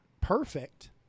perfect